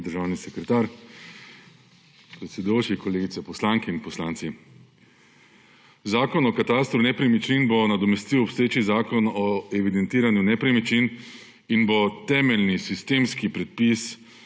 državni sekretar, predsedujoči, kolegice poslanke in kolegi poslanci! Zakon o katastru nepremičnin bo nadomestil obstoječi Zakon o evidentiranju nepremičnin in bo kot temeljni sistemski predpis